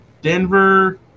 Denver